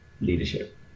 leadership